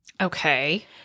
Okay